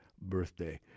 birthday